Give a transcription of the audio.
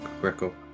Greco